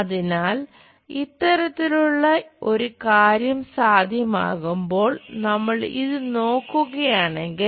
അതിനാൽ ഇത്തരത്തിലുള്ള ഒരു കാര്യം സാധ്യമാകുമ്പോൾ നമ്മൾ ഇത് നോക്കുകയാണെങ്കിൽ